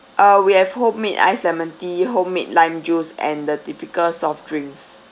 uh we have homemade iced lemon tea homemade lime juice and the typical soft drinks